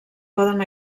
poden